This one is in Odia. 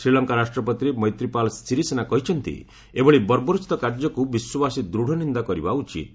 ଶ୍ରୀଲଙ୍କା ରାଷ୍ଟ୍ରପତି ମୈତ୍ରୀ ପାଲ ସିରିସେନା କହିଛନ୍ତି ଏଭଳି ବର୍ବୋରୋଚିତ କାର୍ଯ୍ୟକୁ ବିଶ୍ୱବାସୀ ଦୃଢ଼ ନିନ୍ଦା କରିବା ଉଚିତ୍